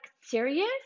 serious